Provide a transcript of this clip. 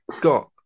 got